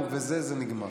ובזה זה נגמר.